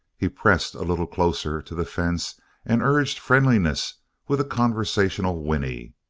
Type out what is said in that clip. he pressed a little closer to the fence and urged friendliness with a conversational whinny.